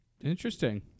Interesting